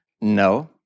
No